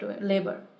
labor